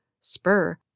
Spur